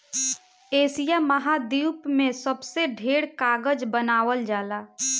Asia महाद्वीप में सबसे ढेर कागज बनावल जाला